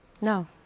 No